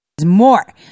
more